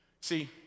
See